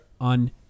on